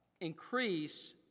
increase